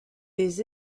des